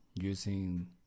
using